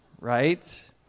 right